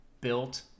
built